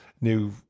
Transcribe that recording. new